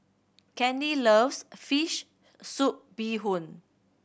Kenley loves fish soup bee hoon